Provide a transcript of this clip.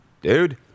dude